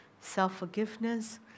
self-forgiveness